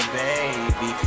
baby